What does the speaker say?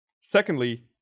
Secondly